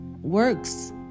works